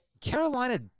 Carolina